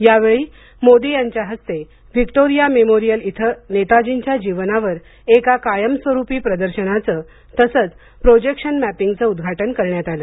यावेळी मोदी यांच्या हस्ते विक्टोरिया मेमोरिअल इथं नेताजींच्या जीवनावर एका कायमस्वरूपी प्रदर्शनाचं तसंच प्रोजेक्शन मपिंगचं उद्घाटन करण्यात आलं